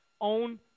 Own